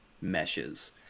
meshes